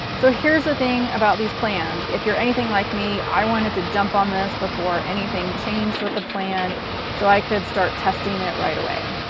so, here's the thing about these plans. if you're anything like me, i wanted to jump on this before anything changed with the plan so i could start testing it right away.